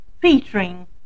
featuring